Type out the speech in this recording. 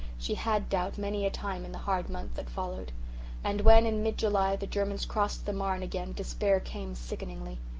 she had doubt many a time in the hard month that followed and when in mid-july the germans crossed the marne again despair came sickeningly.